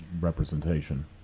representation